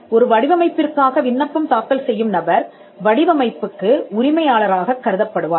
ஒரு வடிவமைப்பிற்காக விண்ணப்பம் தாக்கல் செய்யும் நபர்வடிவமைப்புக்கு உரிமையாளராகக் கருதப்படுவார்